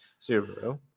Subaru